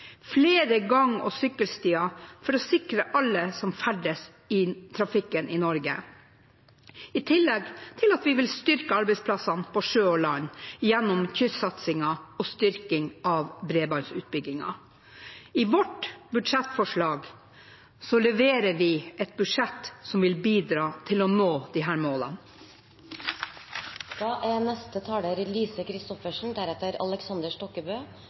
flere gang- og sykkelstier for å sikre alle som ferdes i trafikken i Norge, i tillegg til at vi vil styrke arbeidsplassene på sjø og land gjennom kystsatsingen og styrking av bredbåndsutbyggingen. I vårt budsjettforslag leverer vi et budsjett som vil bidra til å nå disse målene. De